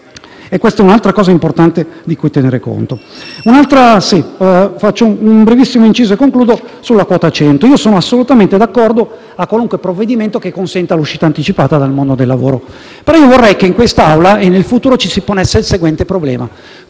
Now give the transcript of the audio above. Si tratta di un altro aspetto importante di cui tenere conto. Faccio un brevissimo inciso - e concludo - su quota 100. Sono assolutamente d'accordo a qualunque provvedimento che consenta l'uscita anticipata dal mondo del lavoro; vorrei, però, che all'interno di questa Aula e nel futuro ci si ponesse il seguente problema: